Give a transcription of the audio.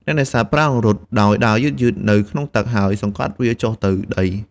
អ្នកនេសាទបានប្រើអង្រុតដោយដើរយឺតៗនៅក្នុងទឹក ហើយសង្កត់វាចុះទៅដី។